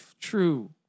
true